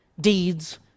deeds